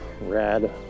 rad